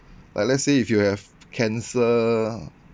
like let's say if you have cancer